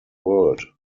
world